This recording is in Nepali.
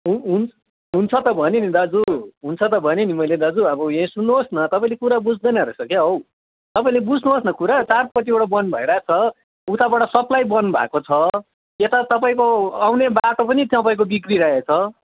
हुन्छ हुन्छ त भने नि दाजु हुन्छ त भने नि मैले दाजु अब यहाँ सुन्नुहोस् न तपाईँले कुरा बुझ्दैन रहेछ कि क्या हौ तपाईँले बुझ्नुहोस् न कुरा चारपट्टिबाट बन्द भइरहेको छ उताबाट सप्लाई बन्द भएको छ यता तपाईँको आउने बाटो पनि तपाईँको बिग्रिरहेछ